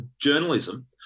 journalism